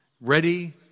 ready